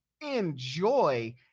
Enjoy